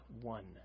one